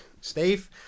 steve